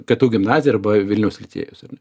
ktu gimnazija arba vilniaus licėjus ar ne